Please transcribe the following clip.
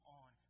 on